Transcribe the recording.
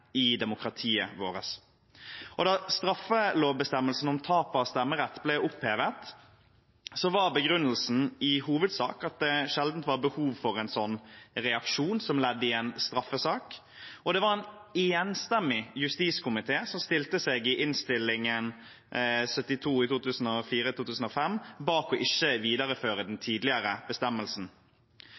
i demokratiet vårt. Da straffelovsbestemmelsen om tap av stemmerett ble opphevet, var begrunnelsen i hovedsak at det sjelden var behov for en slik reaksjon som ledd i en straffesak, og det var en enstemmig justiskomité som i Innst. O. nr. 72 for 2004–2005 stilte seg bak ikke å videreføre den tidligere bestemmelsen.